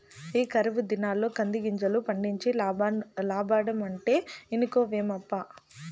ఈ కరువు దినాల్ల కందిగింజలు పండించి లాబ్బడమంటే ఇనుకోవేమప్పా